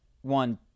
one